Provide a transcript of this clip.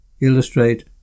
illustrate